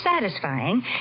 satisfying